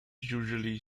usually